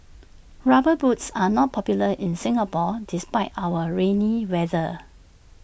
rubber boots are not popular in Singapore despite our rainy weather